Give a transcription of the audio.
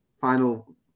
final